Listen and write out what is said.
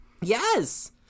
yes